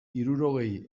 hirurogei